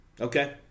Okay